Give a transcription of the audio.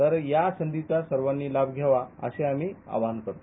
तर या संधीचा सर्वांनी लाभ घ्यावा असे आम्ही आवाहन करतो